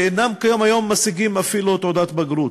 שאינם משיגים היום אפילו תעודת בגרות.